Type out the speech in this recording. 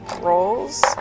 rolls